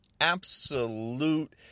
absolute